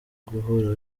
guhora